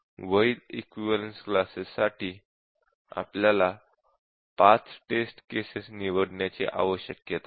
वैध इक्विवलेन्स क्लाससाठी आपल्याला 5 टेस्ट केसेस निवडण्याची आवश्यकता आहे